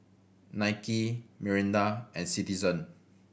Nike Mirinda and Citizen